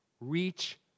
reach